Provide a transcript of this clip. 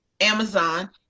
Amazon